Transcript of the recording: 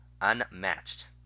unmatched